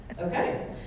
Okay